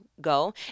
go